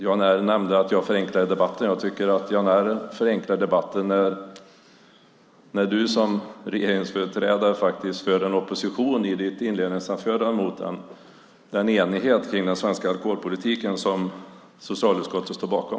Jan R nämnde att jag förenklar debatten. Jag tycker att Jan R förenklar debatten när du som regeringsföreträdare i ditt inledningsanförande faktiskt går i opposition mot den enighet kring den svenska alkoholpolitiken som socialutskottet står bakom.